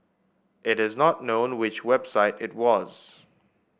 it is not known which website it was